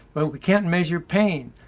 but we can't measure pain?